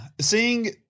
seeing